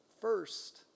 First